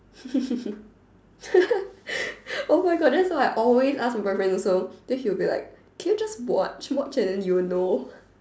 oh my God that's what I always ask my boyfriend also then he will be like can you just watch watch and then you will know